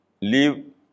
leave